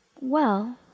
Well